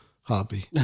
hobby